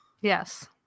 yes